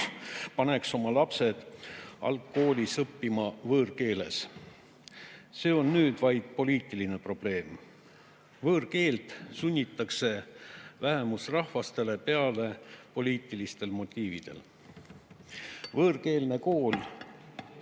paneks oma lapsed algkoolis õppima võõrkeeles. See on nüüd vaid poliitiline probleem. Võõrkeelt sunnitakse vähemusrahvastele peale poliitilistel motiividel. Võõrkeelne kool